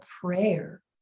prayer